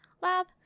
lab